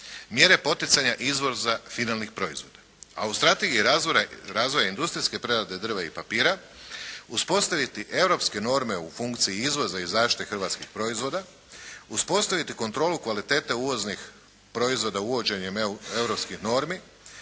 Mjere poticaja izvoza finalnih proizvoda. A u strategiji razvoja industrijske prerade drva i papira uspostaviti europske norme u funkciji izvoza i zaštiti hrvatskih proizvoda, uspostaviti kontrolu kvalitete uvoznih proizvoda uvođenjem europskih normi,